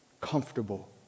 comfortable